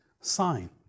sign